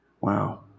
Wow